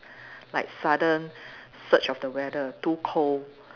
like sudden surge of the weather too cold